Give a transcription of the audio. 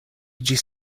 ĝis